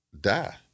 die